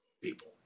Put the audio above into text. people